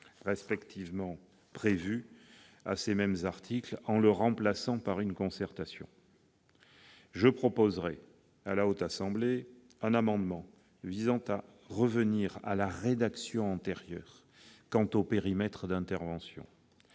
respectivement prévus à ces mêmes articles, en le remplaçant par une concertation. Je proposerai à la Haute Assemblée un amendement visant revenir à la rédaction antérieure quant au périmètre d'intervention.